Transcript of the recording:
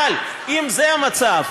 אבל אם זה המצב,